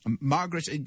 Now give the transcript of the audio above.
Margaret